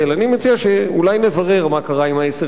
אני מציע שאולי נברר מה קרה עם 10 הלירות,